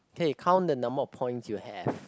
K count the number of points you have